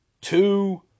two